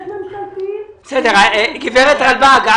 יש ממשלתיים --- בסדר, גברת רלבג.